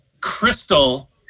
crystal